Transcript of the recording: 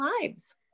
lives